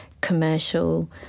commercial